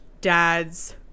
dads